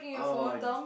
oh